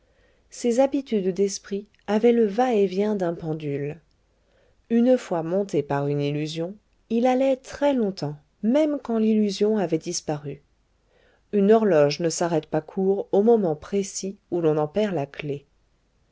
ses habitudes d'esprit avaient le va-et-vient d'un pendule une fois monté par une illusion il allait très longtemps même quand l'illusion avait disparu une horloge ne s'arrête pas court au moment précis où l'on en perd la clef